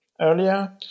earlier